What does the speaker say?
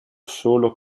solo